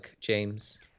James